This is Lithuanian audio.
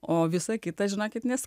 o visą kitą žinokit nes